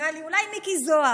נראה לי אולי מיקי זוהר,